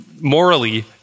morally